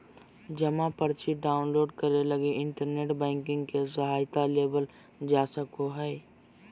जमा पर्ची डाउनलोड करे लगी इन्टरनेट बैंकिंग के सहायता लेवल जा सको हइ